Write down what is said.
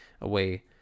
away